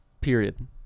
Period